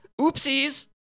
Oopsies